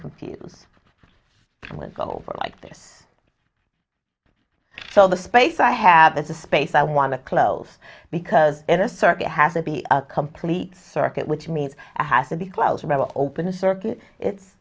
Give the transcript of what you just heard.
confuse was over like this so the space i have is a space i want to close because in a circuit has to be a complete circuit which means it has to be closed by the open circuit it's